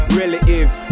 relative